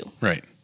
right